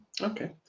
Okay